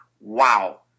wow